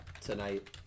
tonight